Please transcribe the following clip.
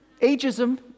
Ageism